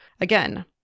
Again